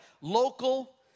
Local